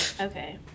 Okay